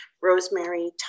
rosemary